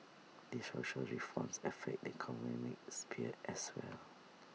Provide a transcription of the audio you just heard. these social reforms affect the economic sphere as well